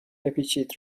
بپیچید